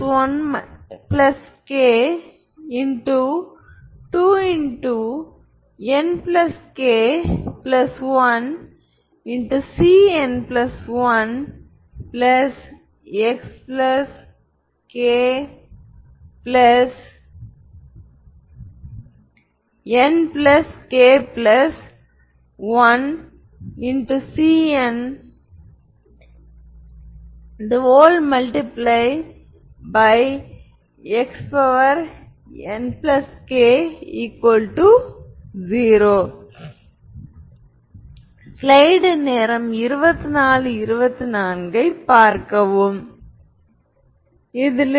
இது v1v2 என குறிக்கிறது இந்த ப்ராப்பர்டி கடந்த வீடியோவில் பட்டியலிடப்பட்ட தனித்துவமான ஐகென் வெக்டார்கள் தனித்துவமான ஐகென் மதிப்புகளுடன் தொடர்புடையவை மேலும் அவை ஆர்த்தோகனல் என்பதை காட்டலாம்